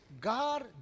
God